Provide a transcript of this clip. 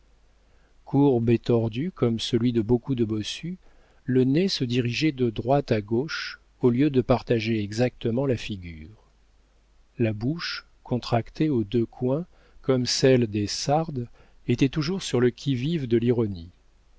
courbe et tordu comme celui de beaucoup de bossus le nez se dirigeait de droite à gauche au lieu de partager exactement la figure la bouche contractée aux deux coins comme celle des sardes était toujours sur le qui-vive de l'ironie